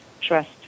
trust